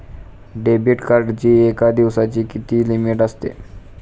Debit कार्डची एका दिवसाची किती लिमिट असते?